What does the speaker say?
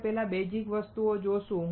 આપણે પહેલા બેઝિક વસ્તુઓ જોશું